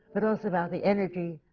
but also about the energy,